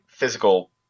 Physical